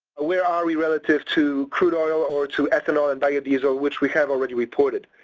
where are we relative to crude oil or to ethanol and biodiesel, which we have already reported?